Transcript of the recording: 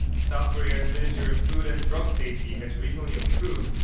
south korea's ministry of food and drug safety has recently approved.